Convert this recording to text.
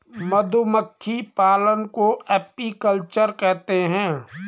मधुमक्खी पालन को एपीकल्चर कहते है